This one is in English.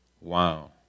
wow